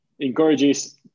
encourages